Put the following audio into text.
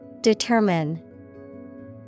Determine